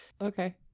okay